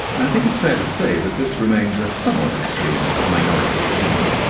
i think it's fair to say that this remains a somewhat extreme, minority opinion.